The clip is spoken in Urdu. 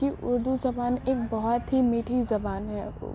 کہ اردو زبان ایک بہت ہی میٹھی زبان ہے